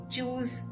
Choose